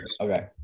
Okay